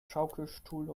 schaukelstuhl